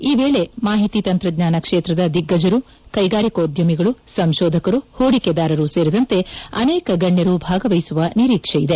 ಈ ವೇಳೆ ಮಾಹಿತಿ ತಂತ್ರಜ್ಞಾನ ಕ್ಷೇತ್ರದ ದಿಗ್ಗಜರು ಕೈಗಾರಿಕೋಧ್ಯಮಿಗಳು ಸಂಶೋಧಕರು ಹೂಡಿಕೆದಾರರು ಸೇರಿದಂತೆ ಅನೇಕ ಗಣ್ಣರು ಭಾಗವಹಿಸುವ ನಿರೀಕ್ಷೆ ಇದೆ